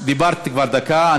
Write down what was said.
דיברת כבר דקה.